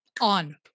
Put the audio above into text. on